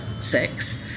sex